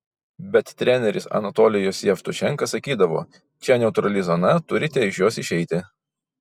bet treneris anatolijus jevtušenka sakydavo čia neutrali zona turite iš jos išeiti